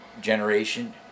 generation